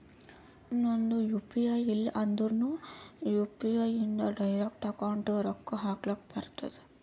ನಂದ್ U P I ಇಲ್ಲ ಅಂದುರ್ನು ಯು.ಪಿ.ಐ ಇಂದ್ ಡೈರೆಕ್ಟ್ ಅಕೌಂಟ್ಗ್ ರೊಕ್ಕಾ ಹಕ್ಲಕ್ ಬರ್ತುದ್